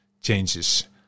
changes